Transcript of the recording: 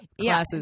classes